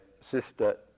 sister